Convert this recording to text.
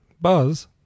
Buzz